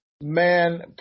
man